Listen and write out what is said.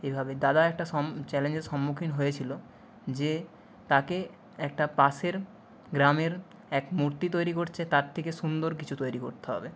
এইভাবে দাদা একটা সম চ্যালেঞ্জের সম্মুখীন হয়েছিলো যে তাকে একটা পাশের গ্রামের এক মূর্তি তৈরি করছে তার থেকে সুন্দর কিছু তৈরি করতে হবে